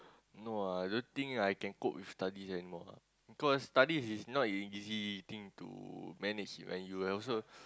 no ah I don't think I can cope with studies anymore ah because studies is not an easy thing to manage and you will also